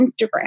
Instagram